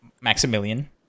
Maximilian